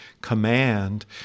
command